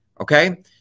Okay